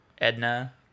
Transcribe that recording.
Edna